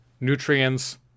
nutrients